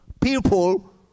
people